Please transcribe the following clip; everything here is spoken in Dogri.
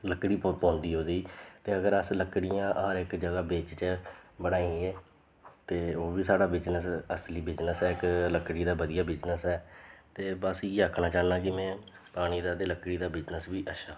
लक्कड़ी पौंदी ओह्दी ते अगर अस लक्कड़ियां हर इक जगह् बेचचै बनाइयै ते ओह् बी साढ़ा बिज़नस असली बिज़नस ऐ इक लकड़ी दा बधिया बिज़नस ऐ ते बस इ'यै आखना चाह्न्नां कि में पानी दा ते लकड़ी दा बिज़नस बी अच्छा